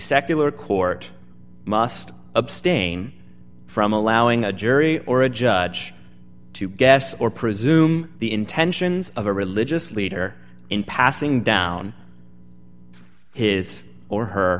secular court must abstain from allowing a jury or a judge to guess or presume the intentions of a religious leader in passing down his or her